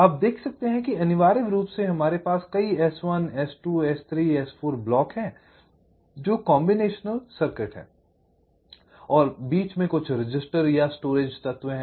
आप देख सकते हैं कि अनिवार्य रूप से हमारे पास कई S1 S2 S3 S4 block हैं जो कॉम्बिनेशन सर्किट हैं और बीच में कुछ रजिस्टर या स्टोरेज तत्व हैं